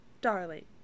darling